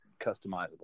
customizable